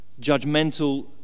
judgmental